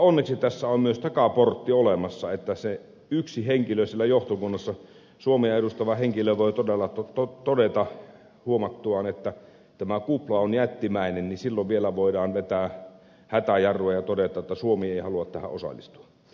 onneksi tässä on myös takaportti olemassa että se yksi henkilö johtokunnassa suomea edustava henkilö voi todella huomattuaan että kupla on jättimäinen silloin vielä vetää hätäjarrua ja todeta että suomi ei halua tähän osallistua